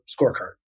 scorecard